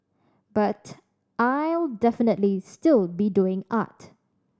but I'll definitely still be doing art